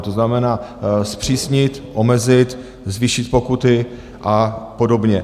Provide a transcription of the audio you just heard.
To znamená zpřísnit, omezit, zvýšit pokuty a podobně.